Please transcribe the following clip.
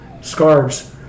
Scarves